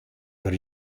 der